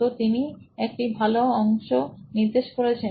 তো তিনি একটি ভালো অংশ নির্দে শ করেছেন